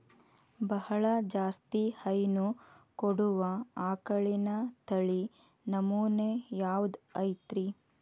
ಬಹಳ ಜಾಸ್ತಿ ಹೈನು ಕೊಡುವ ಆಕಳಿನ ತಳಿ ನಮೂನೆ ಯಾವ್ದ ಐತ್ರಿ?